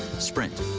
sprint,